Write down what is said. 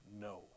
no